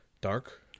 dark